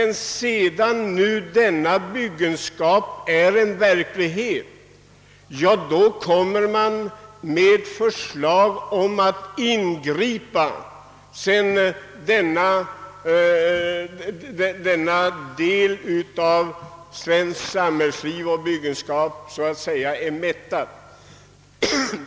Nu sedan denna byggenskap blivit verklighet och denna del av svenskt samhällsliv så att säga är mättad, kommer man med förslag om att ingripa.